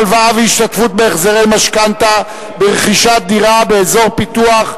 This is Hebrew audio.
הלוואה והשתתפות בהחזרי משכנתה ברכישת דירה באזור פיתוח),